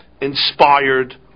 inspired